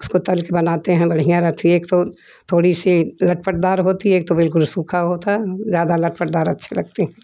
उसको तल के बनाते हैं बढ़िया रहथि एक तो थोड़ी सी लटपटदार होती है एक तो बिलकुल सूखा होता है ज़्यादा लटपटदार अच्छे लगते हैं